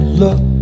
look